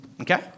okay